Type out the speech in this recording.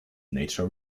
nature